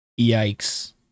Yikes